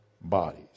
bodies